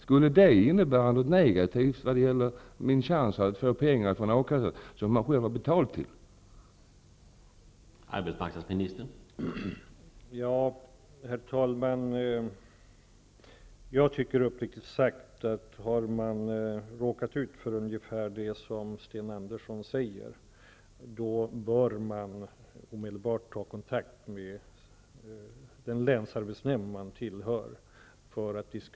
Skall det negativt få påverka ersättningen från A kassan som man själv har betalat in pengar till?